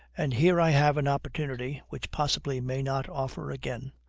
and here i have an opportunity, which possibly may not offer again,